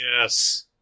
Yes